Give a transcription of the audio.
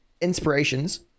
inspirations